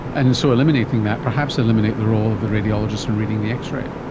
and so eliminating that, perhaps eliminate the role of the radiologist in reading the x-ray.